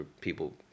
people